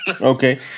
Okay